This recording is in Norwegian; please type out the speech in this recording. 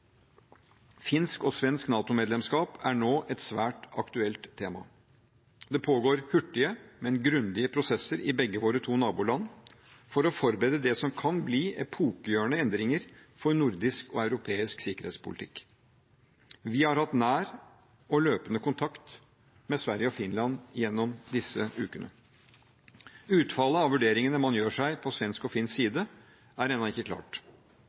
Finsk og svensk NATO-medlemskap er nå et svært aktuelt tema. Det pågår hurtige, men grundige prosesser i begge våre to naboland, for å forberede det som kan bli epokegjørende endringer for nordisk og europeisk sikkerhetspolitikk. Vi har hatt nær og løpende kontakt med Sverige og Finland gjennom disse ukene. Utfallet av vurderingene man gjør seg på svensk og finsk side, er ennå ikke klart.